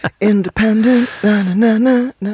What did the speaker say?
Independent